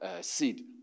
seed